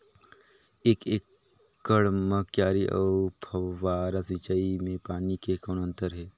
एक एकड़ म क्यारी अउ फव्वारा सिंचाई मे पानी के कौन अंतर हे?